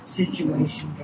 situation